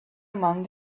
among